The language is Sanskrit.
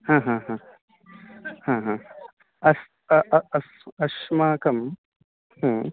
ह ह ह ह ह ह अस्तु अ अ अस् अस्माकं ह्म्